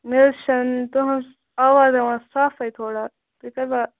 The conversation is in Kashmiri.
مےٚ حظ چھنہٕ تُہُنٛز یِوان صافے تھوڑا تُہی